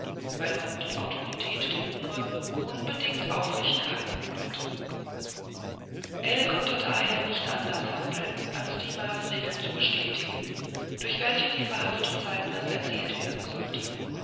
weil man die autorität der nume unbedingt aufrechterhalten wollte ell konnte daher nicht anders handeln als die maßregeln zu bestätigen durch welche die verhaftung saltners erzielt werden sollte